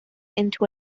into